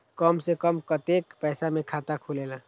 कम से कम कतेइक पैसा में खाता खुलेला?